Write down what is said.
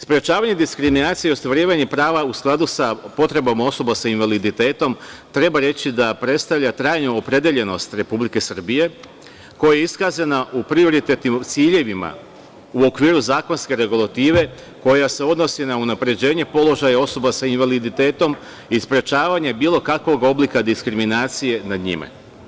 Sprečavanje diskriminacije i ostvarivanje prava u skladu sa potrebama osoba sa invaliditetom treba da reći da predstavlja trajnu opredeljenost Republike Srbije koji je iskazana u prioritetnim ciljevima u okviru zakonske regulative koja se odnosi na unapređenje položaja osoba sa invaliditetom i sprečavanje bilo kakvog oblika diskriminacije nad njime.